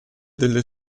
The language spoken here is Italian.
delle